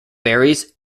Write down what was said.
berries